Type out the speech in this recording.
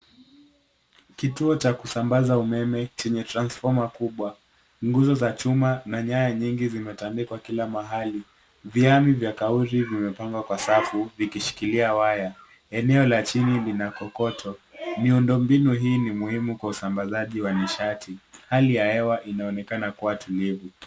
Kituo cha kusambaza umeme chenye transfoma kubwa, nguzo za chuma na nyaya nyingi zimetandikwa kila mahali. Viani vya kauri vimepangwa kando ya safu vikishikilia waya. Eneo la chini lina kokoto. Miundo mbino hii ni muhimu kwa usambazaji wa nishati. Hali ya hewa inaonekana kuwa tulivu.